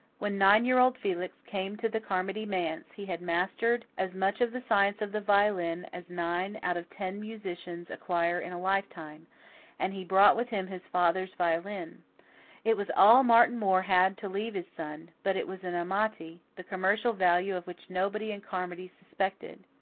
when nine-year-old felix came to the carmody manse, he had mastered as much of the science of the violin as nine out of ten musicians acquire in a lifetime and he brought with him his father's violin it was all martin moore had to leave his son but it was an amati, the commercial value of which nobody in carmody suspected.